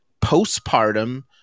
postpartum